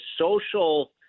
social